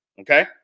Okay